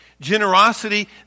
Generosity